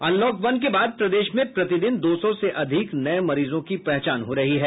unlock one के बाद प्रदेश में प्रतिदिन दो सौ से अधिक नये मरीजों की पहचान हो रही है